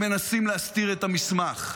הם מנסים להסתיר את המסמך.